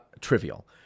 Trivial